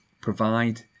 provide